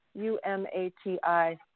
U-M-A-T-I